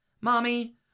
Mommy